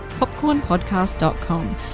Popcornpodcast.com